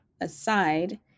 aside